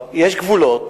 יש גבולות.